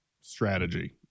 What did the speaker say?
strategy